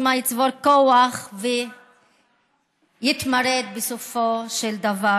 שמא יצבור כוח ויתמרד בסופו של דבר,